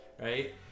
right